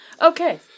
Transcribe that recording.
Okay